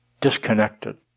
disconnected